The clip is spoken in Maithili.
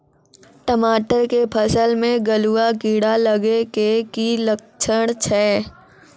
टमाटर के फसल मे गलुआ कीड़ा लगे के की लक्छण छै